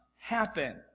happen